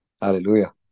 Hallelujah